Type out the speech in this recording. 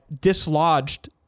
dislodged